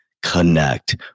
connect